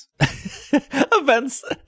events